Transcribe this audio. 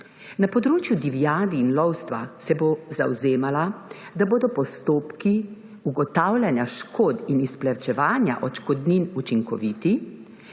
Na področju divjadi in lovstva se bo zavzemala, da bodo postopki ugotavljanja škod in izplačevanja odškodnin učinkoviti,